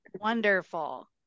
Wonderful